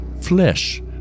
Flesh